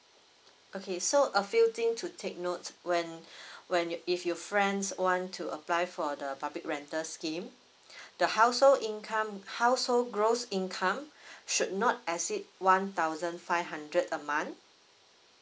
okay so a few thing to take note when when your if your friends want to apply for the public rental scheme the household income household gross income should not exceed one thousand five hundred a month